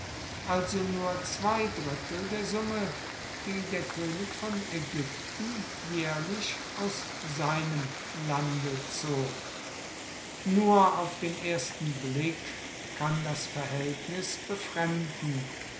also nur zwei drittel der summe die der könig von ägypten jährlich aus seinem lande zog nur auf den ersten blick kann das verhältnis befremden